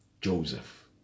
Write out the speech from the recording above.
Joseph